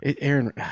Aaron